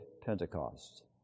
Pentecost